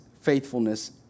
faithfulness